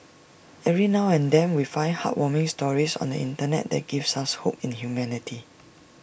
every now and then we find heartwarming stories on the Internet that give us hope in humanity